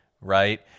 right